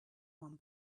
one